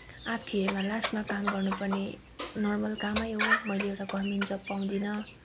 आखिरीमा लास्टमा काम गर्नु पर्ने नर्मल कामै हो मैले एउटा गभर्मेन्ट जब पाउँदिन